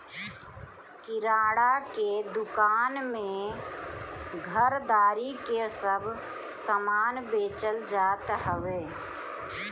किराणा के दूकान में घरदारी के सब समान बेचल जात हवे